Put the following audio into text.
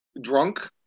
drunk